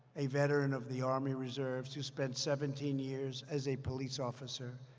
a veteran of the army reserves, who spent seventeen years as a police officer.